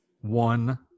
one